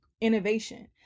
innovation